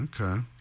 Okay